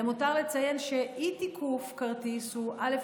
למותר לציין שאי-תיקוף כרטיס הוא א.